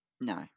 No